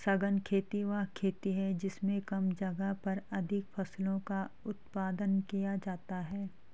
सघन खेती वह खेती है जिसमें कम जगह पर अधिक फसलों का उत्पादन किया जाता है